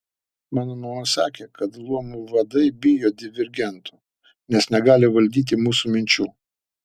mano mama sakė kad luomų vadai bijo divergentų nes negali valdyti mūsų minčių